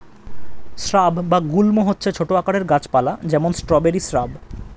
shrub বা গুল্ম হচ্ছে ছোট আকারের গাছ পালা, যেমন স্ট্রবেরি শ্রাব